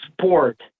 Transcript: sport